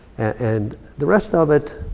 and the rest of it,